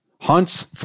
Hunt's